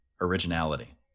originality